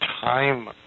time